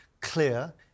clear